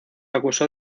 acusó